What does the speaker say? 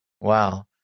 Wow